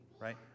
right